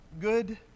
good